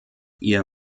ihr